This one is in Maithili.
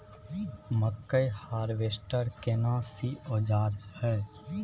मकई हारवेस्टर केना सी औजार हय?